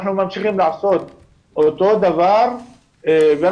אנחנו ממשיכים לעשות אותו הדבר בזמן